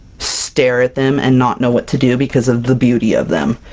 stare at them, and not know what to do because of the beauty of them!